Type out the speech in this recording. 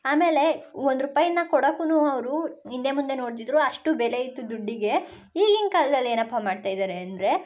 ಆಮೇಲೆ ಒಂದು ರೂಪಾಯಿನ ಕೊಡಕ್ಕು ಅವರು ಹಿಂದೆ ಮುಂದೆ ನೋಡ್ತಿದ್ದರು ಅಷ್ಟು ಬೆಲೆ ಇತ್ತು ದುಡ್ಡಿಗೆ ಈಗಿನ ಕಾಲ್ದಲ್ಲಿ ಏನಪ್ಪ ಮಾಡ್ತಾ ಇದ್ದಾರೆ ಅಂದರೆ